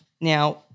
Now